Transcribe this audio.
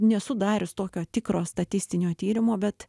nesu darius tokio tikro statistinio tyrimo bet